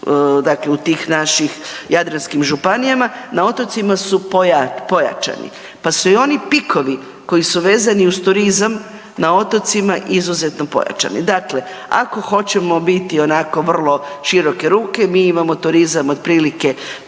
odnosno u tih našim jadranskim županijama, na otocima su pojačani pa su i oni pikovi koji su vezani uz turizam na otocima izuzetno pojačani. Dakle, ako hoćemo biti onako vrlo široke ruke, mi imamo turizam otprilike